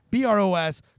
BROS